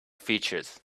features